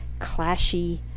clashy